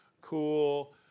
cool